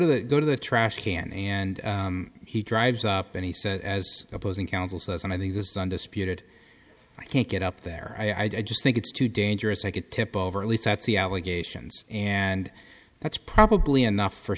it go to the trash can and he drives up and he said as opposing counsel says and i think this undisputed i can't get up there i just think it's too dangerous i could tip over at least that's the allegations and that's probably enough for